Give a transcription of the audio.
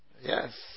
Yes